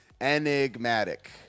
Enigmatic